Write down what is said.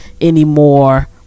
anymore